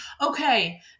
okay